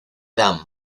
dame